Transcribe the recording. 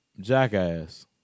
Jackass